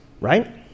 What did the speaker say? Right